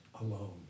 alone